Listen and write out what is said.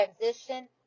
transition